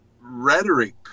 rhetoric